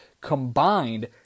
combined